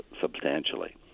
substantially